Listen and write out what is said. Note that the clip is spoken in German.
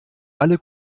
alle